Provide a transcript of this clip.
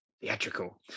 Theatrical